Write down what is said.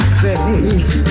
face